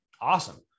awesome